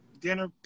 dinner